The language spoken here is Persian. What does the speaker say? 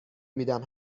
میدم